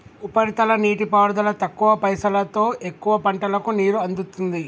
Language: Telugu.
ఉపరితల నీటిపారుదల తక్కువ పైసలోతో ఎక్కువ పంటలకు నీరు అందుతుంది